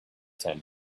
tent